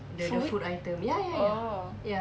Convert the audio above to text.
food oh